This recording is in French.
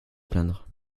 plaindre